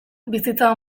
bizitza